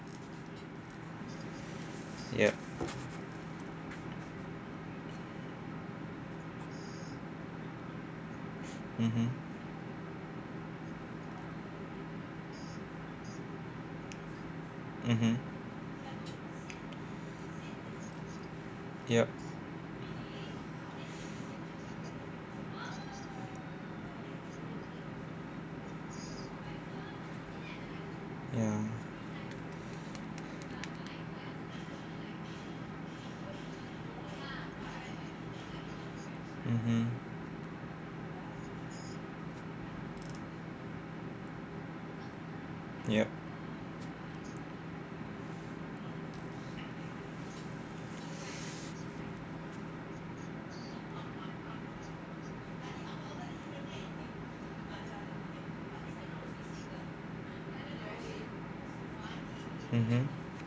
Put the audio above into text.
yup mmhmm mmhmm yup ya mmhmm yup mmhmm